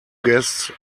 guests